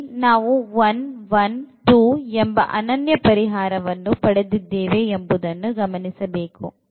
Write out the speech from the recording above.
ಇಲ್ಲಿ ನಾವು 1 1 2 ಎಂಬ ಅನನ್ಯ ಪರಿಹಾರವನ್ನು ಪಡೆದಿದ್ದೇವೆ ಎಂಬುದನ್ನು ಗಮನಿಸಬೇಕು